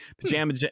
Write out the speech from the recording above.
Pajama